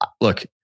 look